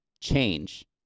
change